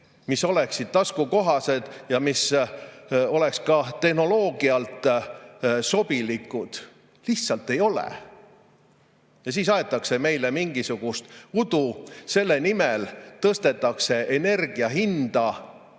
mis oleksid taskukohased ja ka tehnoloogia poolest sobilikud. Lihtsalt ei ole! Ja siis aetakse meile mingisugust udu, selle nimel tõstetakse energia hinda ja